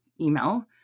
email